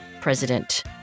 President